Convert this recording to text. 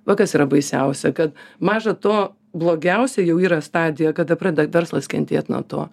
va kas yra baisiausia kad maža to blogiausia jau yra stadija kada pradeda verslas kentėt nuo to